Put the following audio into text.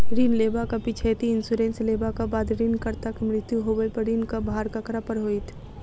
ऋण लेबाक पिछैती इन्सुरेंस लेबाक बाद ऋणकर्ताक मृत्यु होबय पर ऋणक भार ककरा पर होइत?